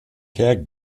care